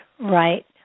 right